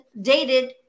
dated